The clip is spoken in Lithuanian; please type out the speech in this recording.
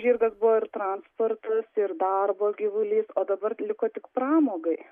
žirgas buvo ir transportas ir darbo gyvulys o dabar liko tik pramogai